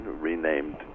renamed